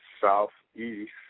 southeast